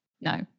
No